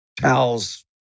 Towels